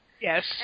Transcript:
yes